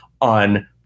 on